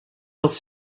dels